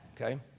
Okay